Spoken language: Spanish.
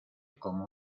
como